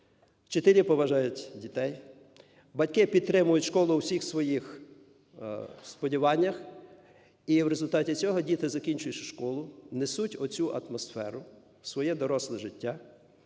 вчителі поважають дітей, батьки підтримують школу у всіх своїх сподіваннях, і в результаті цього діти закінчують школу, несуть оцю атмосферу в своє доросле життя,